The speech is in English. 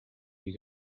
you